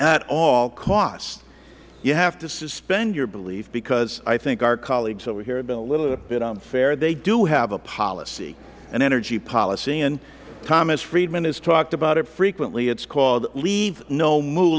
at all costs you have to suspend your belief because i think our colleagues over here have been a little bit unfair they do have a policy an energy policy and thomas friedman has talked about it frequently it is called leave no mo